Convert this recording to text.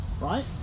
right